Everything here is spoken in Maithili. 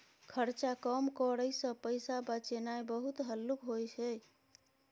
खर्चा कम करइ सँ पैसा बचेनाइ बहुत हल्लुक होइ छै